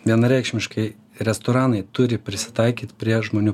vienareikšmiškai restoranai turi prisitaikyt prie žmonių